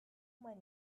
money